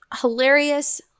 hilarious